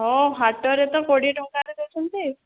ହାଟରେ ତ କୋଡ଼ିଏ ଟଙ୍କାରେ ଦେଉଛନ୍ତି